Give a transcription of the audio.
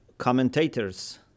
commentators